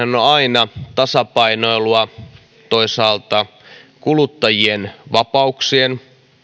aina tasapainoilua toisaalta kuluttajien vapauksien